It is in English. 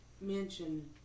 mention